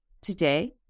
today